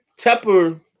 Tepper